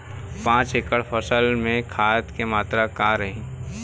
पाँच एकड़ फसल में खाद के मात्रा का रही?